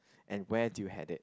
and where did you had it